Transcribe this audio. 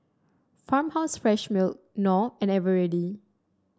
Farmhouse Fresh Milk Knorr and Eveready